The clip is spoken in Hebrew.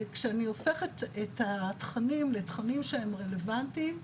כשאני הופכת את התכנים לתכנים שהם רלבנטיים,